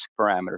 parameters